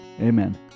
Amen